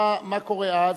מה קורה אז?